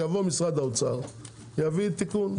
יבוא משרד האוצר ויביא תיקון.